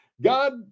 God